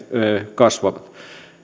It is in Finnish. kasvavat